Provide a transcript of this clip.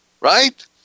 right